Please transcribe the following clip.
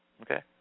Okay